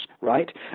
right